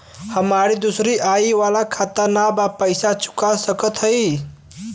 हमारी दूसरी आई वाला खाता ना बा पैसा चुका सकत हई?